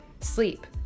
sleep